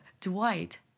Dwight